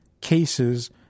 cases